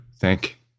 thank